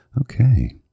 Okay